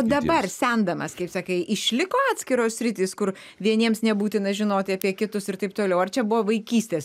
dabar sendamas kaip sakai išliko atskiros sritys kur vieniems nebūtina žinoti apie kitus ir taip toliau ar čia buvo vaikystės